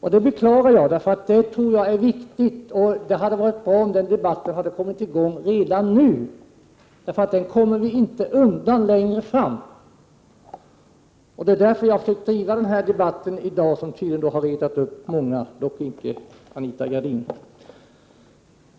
Detta beklagar jag, för jag tror det är viktigt att så sker. Det hade varit bra om den debatten satts i gång redan nu, för den kommer vi inte undan längre fram. Det är därför jag i dag sökt driva denna debatt, något som tydligen retat upp många — dock icke Anita Gradin.